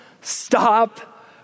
stop